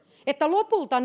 että lopulta